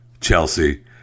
Chelsea